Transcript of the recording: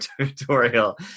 tutorial